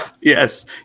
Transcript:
yes